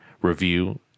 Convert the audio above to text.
review